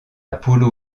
polo